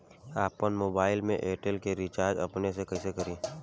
आपन मोबाइल में एयरटेल के रिचार्ज अपने से कइसे करि?